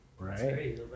Right